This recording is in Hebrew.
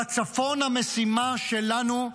בצפון המשימה שלנו,